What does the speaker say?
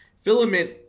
filament